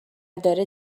داره